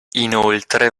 inoltre